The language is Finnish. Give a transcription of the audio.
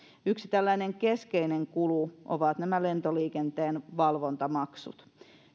yksi tällainen keskeinen kulu ovat nämä lentoliikenteen valvontamaksut